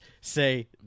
say